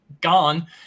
gone